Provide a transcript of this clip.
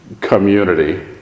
community